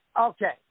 Okay